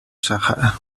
sàhara